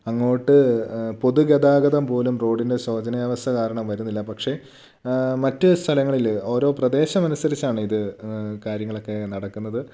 അങ്ങോട്ട് പൊതുഗതാഗതം പോലും റോഡിൻ്റെ ശോചനീയ അവസ്ഥ കാരണം വരുന്നില്ല പക്ഷേ മറ്റ് സ്ഥലങ്ങളില് ഓരോ പ്രദേശമനുസരിച്ചാണിത് കാര്യങ്ങളൊക്കെ നടക്കുന്നത്